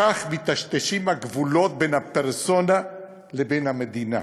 כך מיטשטשים הגבולות בין הפרסונה לבין המדינה,